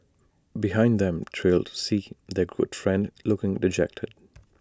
behind them trailed C their good friend looking dejected